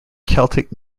celtic